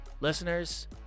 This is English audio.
Listeners